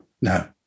No